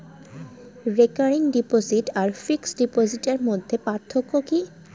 Recurring deposit আর fixed ডিপোজিটের মধ্যে পার্থক্য কি?